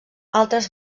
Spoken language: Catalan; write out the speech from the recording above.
altres